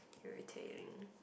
irritating